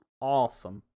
Awesome